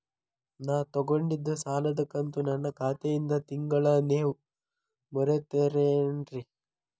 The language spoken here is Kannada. ನಾ ತೊಗೊಂಡಿದ್ದ ಸಾಲದ ಕಂತು ನನ್ನ ಖಾತೆಯಿಂದ ತಿಂಗಳಾ ನೇವ್ ಮುರೇತೇರೇನ್ರೇ?